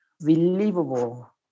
believable